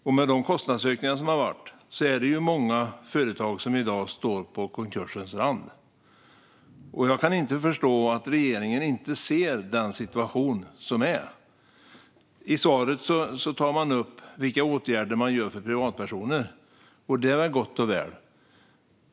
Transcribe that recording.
På grund av kostnadsökningarna är det många företag som i dag står på konkursens rand. Jag kan inte förstå att regeringen inte ser den situation som råder. I svaret tas upp vilka åtgärder som görs för privatpersoner. Det är gott och väl så.